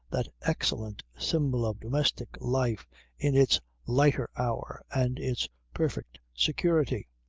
that excellent symbol of domestic life in its lighter hour and its perfect security.